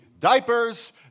Diapers